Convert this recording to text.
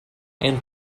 and